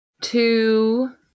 two